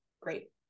great